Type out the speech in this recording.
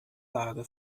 lage